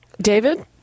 David